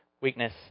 weakness